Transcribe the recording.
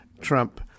Trump